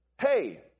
hey